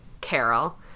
Carol